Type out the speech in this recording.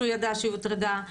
שהוא ידע שהיא הוטרדה,